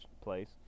place